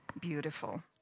beautiful